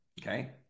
Okay